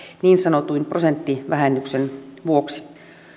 niin sanotun prosenttivähennyksen vuoksi